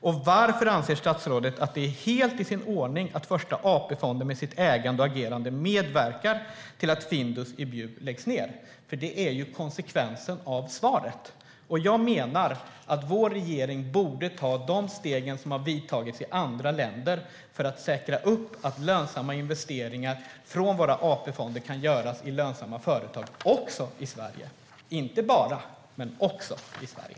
Och varför anser statsrådet att det är helt i sin ordning att Första AP-fonden med sitt ägande och agerande medverkar till att Findus i Bjuv läggs ned? Det är ju konsekvensen av svaret. Jag menar att vår regering borde vidta de åtgärder som har vidtagits i andra länder för att säkra upp att lönsamma investeringar från våra AP-fonder kan göras i lönsamma företag också i Sverige, inte bara men också i Sverige.